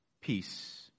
peace